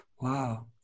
Wow